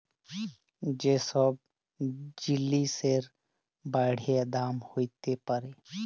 যে ছব জিলিসের বাইড়ে দাম হ্যইতে পারে